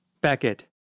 Beckett